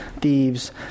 Thieves